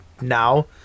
now